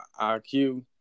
IQ